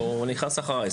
הוא נכנס אחריי.